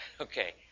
Okay